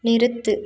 நிறுத்து